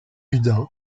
gudin